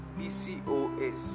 PCOS